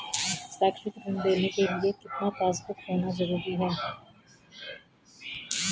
शैक्षिक ऋण लेने के लिए कितना पासबुक होना जरूरी है?